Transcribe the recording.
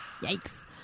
Yikes